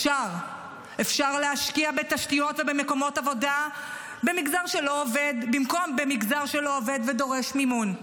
אפשר להשקיע בתשתיות ובמקומות עבודה במקום במגזר שלא עובד ודורש מימון,